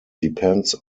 depends